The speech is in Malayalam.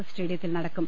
എസ് സ്റ്റേഡിയത്തിൽ നടക്കും